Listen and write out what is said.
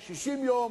יום, 60 יום.